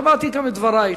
שמעתי גם את דברייך,